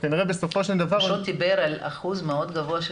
שכנראה בסופו של דבר --- הוא דיבר על אחוז מאוד גבוה של